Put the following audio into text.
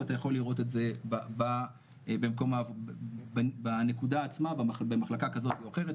ואתה יכול לראות את זה בנקודה עצמה במחלקה כזאת או אחרת,